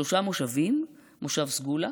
שלושה מושבים: מושב סגולה,